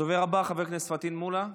הדובר הבא, חבר הכנסת פטין מולא.